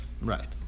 right